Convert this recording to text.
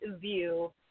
view